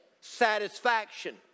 satisfaction